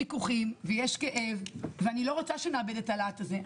ויכוחים ויש כאב, ואני לא רוצה שנאבד את הלהט הזה.